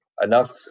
enough